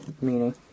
Meaning